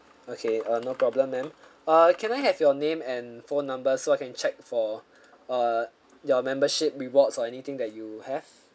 okay uh no problem ma'am err can I have your name and phone number so I can check for err your membership rewards or anything that you have